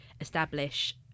establish